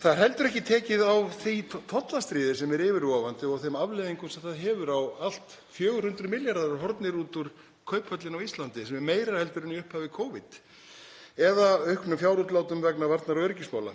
Það er heldur ekki tekið á því tollastríði sem er yfirvofandi og þeim afleiðingum sem það hefur á allt. 400 milljarðar eru horfnir út úr Kauphöllinni á Íslandi, sem er meira en í upphafi Covid, eða auknum fjárútlátum vegna varnar- og öryggismála.